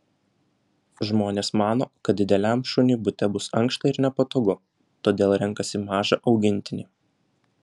žmonės mano kad dideliam šuniui bute bus ankšta ir nepatogu todėl renkasi mažą augintinį